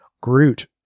Groot